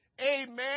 Amen